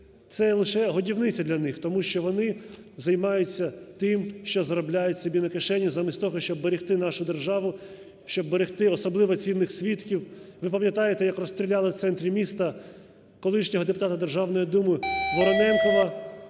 Це лише годівниця для них. Тому що вони займаються тим, що заробляють собі на кишені замість того, щоб берегти нашу державу, щоб берегти особливо цінних свідків. Ви пам'ятаєте як розстріляли в центрі міста колишнього депутата Державної Думи Вороненкова,